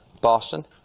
Boston